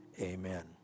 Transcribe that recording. amen